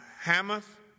Hamath